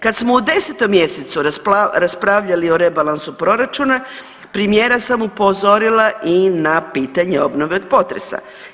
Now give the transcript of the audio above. Kad smo u 10. mjesecu raspravljali o rebalansu proračuna premijera sam upozorila i na pitanje obnove od potresa.